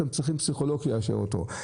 אתם צריכים פסיכולוג שיאשר אותו,